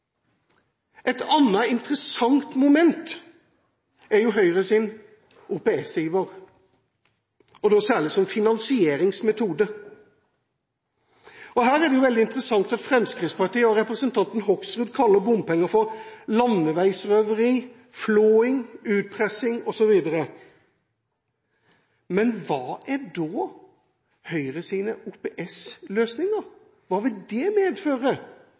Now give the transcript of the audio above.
Et annet interessant moment er Høyres OPS-iver, og da særlig som finansieringsmetode. Her er det veldig interessant at Fremskrittspartiet og representanten Hoksrud kaller bompenger for landeveisrøveri, flåing, utpressing osv. Men hva er da Høyres OPS-løsninger? Hva vil det medføre